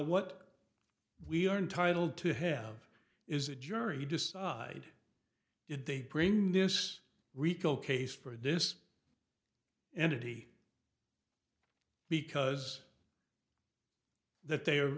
what we are entitled to have is a jury decide did they bring this rico case for this entity because that they